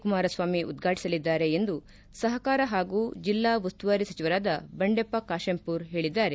ಕುಮಾರಸ್ವಾಮಿ ಉದ್ಘಾಟಿಸಲಿದ್ದಾರೆ ಎಂದು ಸಹಕಾರ ಹಾಗೂ ಜಿಲ್ಲಾ ಉಸ್ತುವಾರಿ ಸಚಿವರಾದ ಬಂಡೆಪ್ಪ ಕಾಶೆಂಪೂರ ಹೇಳಿದ್ದಾರೆ